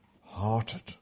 hearted